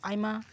ᱟᱭᱢᱟ